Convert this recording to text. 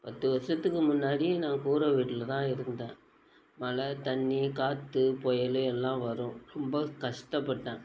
பத்து வருஷத்துக்கு முன்னாடி ந கூரை வீட்டில் தான் இருந்தேன் மழை தண்ணி காற்று புயல் எல்லாம் வரும் ரொம்ப கஷ்டப்பட்டேன்